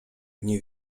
nie